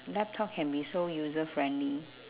laptop can be so user friendly